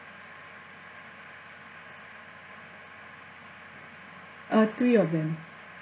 uh three of them